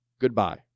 goodbye